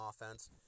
offense